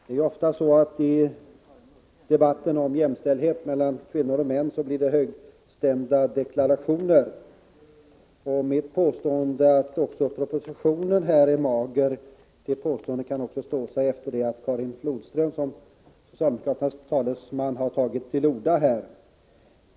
Herr talman! I debatten om jämställdhet mellan kvinnor och män görs det ofta högstämda deklarationer. Mitt påstående att propositionen är mager kan även stå sig efter det att Karin Flodström som utskottets talesman har tagit till orda.